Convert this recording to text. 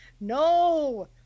No